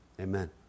amen